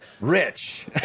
Rich